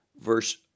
verse